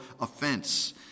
offense